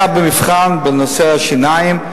היה במבחן בנושא השיניים,